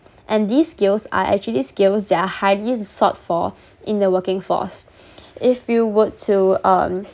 and these skills are actually skills that are highly sought for in the working force if you would to um